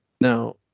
Now